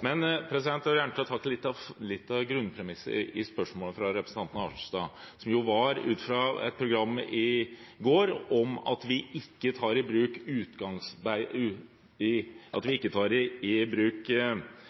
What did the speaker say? Jeg vil gjerne ta tak i litt av grunnpremisset i spørsmålet fra representanten Arnstad, som var ut fra et program i går om at vi ikke tar i bruk utmarksbeite i Norge på grunn av rovdyrpolitikken. Jeg vil nok i stor grad tro at det at vi ikke har så mye utmarksbeite i